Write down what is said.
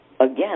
Again